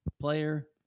player